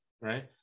right